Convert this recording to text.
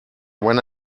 when